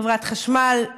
חברת החשמל,